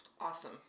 awesome